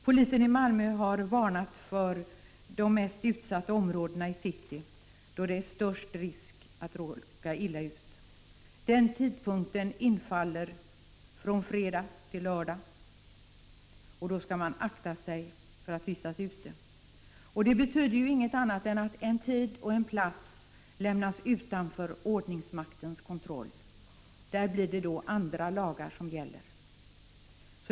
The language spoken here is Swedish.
Polisen i Malmö har varnat för när det är störst risk att råka illa ut i de mest utsatta områderna i city. Den tidpunkten infaller mellan fredag och lördag, och då skall man akta sig för att vistas ute. Detta betyder inget annat än att en tid och en plats lämnas utanför ordningsmaktens kontroll, där det blir andra lagar som gäller.